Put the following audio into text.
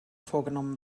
vorgenommen